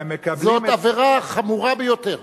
זאת עבירה חמורה ביותר.